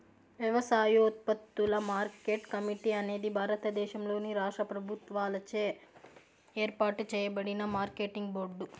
వ్యవసాయోత్పత్తుల market committee అనేది భారతదేశంలోని రాష్ట్ర ప్రభుత్వాలచే ఏర్పాటు చేయబడిన మార్కెటింగ్ బోర్డు